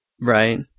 Right